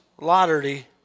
Lottery